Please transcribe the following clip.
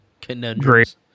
conundrums